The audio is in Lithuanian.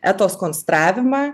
etos konstravimą